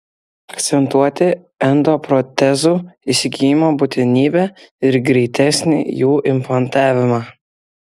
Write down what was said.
akcentuoti endoprotezų įsigijimo būtinybę ir greitesnį jų implantavimą